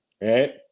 right